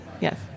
Yes